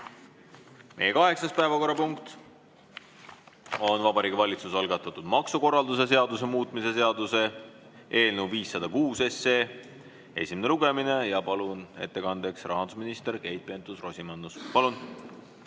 Meie kaheksas päevakorrapunkt on Vabariigi Valitsuse algatatud maksukorralduse seaduse muutmise seaduse eelnõu 506 esimene lugemine. Palun ettekandeks siia rahandusminister Keit Pentus-Rosimannuse. Meie